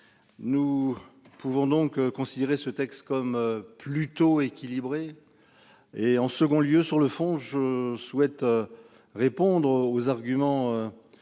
Nous pouvons donc considérer ce texte comme plutôt équilibré. Et en second lieu, sur le fond, je souhaite. Répondre aux arguments.